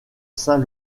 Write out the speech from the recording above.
saint